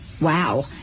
Wow